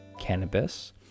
cannabis